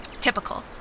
Typical